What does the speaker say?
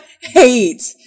hate